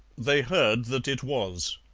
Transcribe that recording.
they heard that it was.